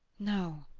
no,